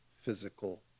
physical